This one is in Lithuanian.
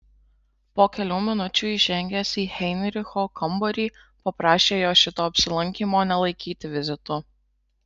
po kelių minučių įžengęs į heinricho kambarį paprašė jo šito apsilankymo nelaikyti vizitu